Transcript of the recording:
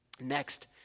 Next